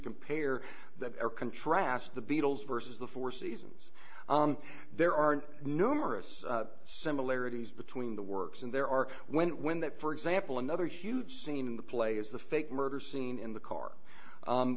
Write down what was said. compare that contrast the beatles versus the four seasons there are numerous similarities between the works and there are when when that for example another huge scene in the play is the fake murder scene in the car